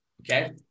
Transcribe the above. Okay